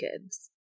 kids